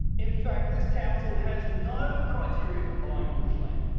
in fact, this council has no criteria for buying bushland.